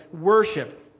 worship